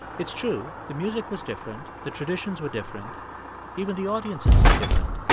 it's true the music was different the traditions were different even the audiences seemed different.